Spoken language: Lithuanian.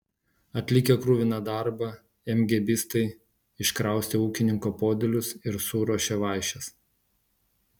atlikę kruviną darbą emgėbistai iškraustė ūkininko podėlius ir suruošė vaišes